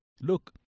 Look